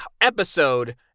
episode